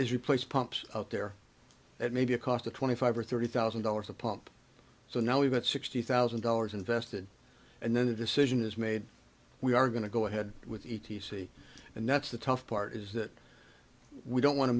is replace pumps out there that may be a cost of twenty five or thirty thousand dollars a pop so now we've got sixty thousand dollars invested and then a decision is made we are going to go ahead with e t c and that's the tough part is that we don't want to